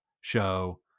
show